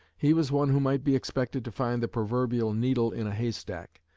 he was one who might be expected to find the proverbial needle in a haystack,